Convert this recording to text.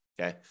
Okay